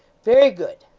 very good.